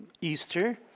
Easter